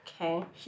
Okay